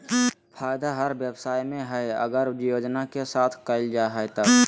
फायदा हर व्यवसाय में हइ अगर योजना के साथ कइल जाय तब